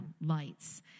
lights